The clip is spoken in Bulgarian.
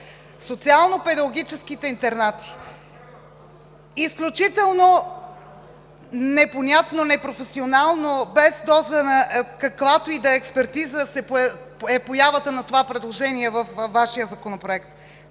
социално-педагогическите интернати. Изключително непонятно, непрофесионално, без доза на каквато и да е експертиза е появата на това предложение във Вашия Законопроект.